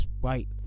White